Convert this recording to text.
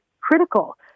critical